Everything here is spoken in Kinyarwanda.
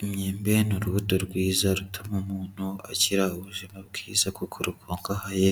Imyembe ni urubuto rwiza rutuma umuntu agira ubuzima bwiza kuko rukungahaye